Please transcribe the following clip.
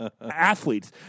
athletes